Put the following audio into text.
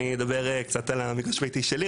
אני אדבר קצת על המגרש הביתי שלי,